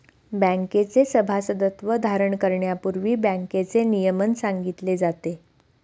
बँकेचे सभासदत्व धारण करण्यापूर्वी बँकेचे नियमन सांगितले जाते